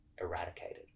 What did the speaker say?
eradicated